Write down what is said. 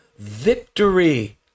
victory